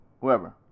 whoever